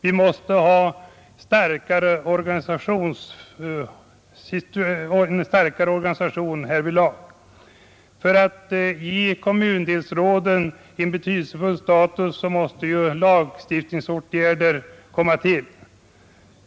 Vi måste ha en starkare organisation härvidlag. För att ge kommundelsråden en betydelsefull status måste lagstiftningsåtgärder komma till stånd.